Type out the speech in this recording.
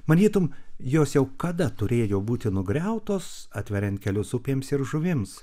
manytum jos jau kada turėjo būti nugriautos atveriant kelius upėms ir žuvims